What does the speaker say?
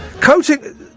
Coating